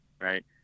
right